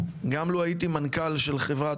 גם לו הייתי מנכ"ל של חברת,